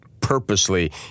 purposely